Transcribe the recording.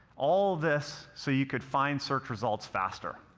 all this so you could find search results faster.